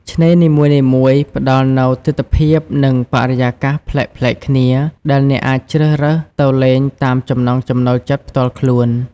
ឆ្នេរនីមួយៗផ្តល់ជូននូវទិដ្ឋភាព និងបរិយាកាសប្លែកៗគ្នា ដែលអ្នកអាចជ្រើសរើសទៅលេងតាមចំណង់ចំណូលចិត្តផ្ទាល់ខ្លួន។